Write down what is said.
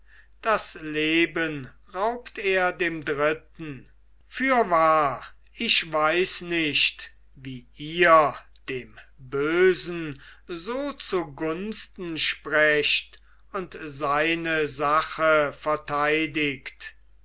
das leben raubt er dem dritten fürwahr ich weiß nicht wie ihr dem bösen so zugunsten sprecht und seine sache verteidigt